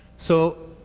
so,